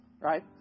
Right